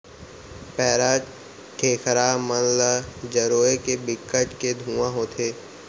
पैरा, ढेखरा मन ल जरोए ले बिकट के धुंआ होथे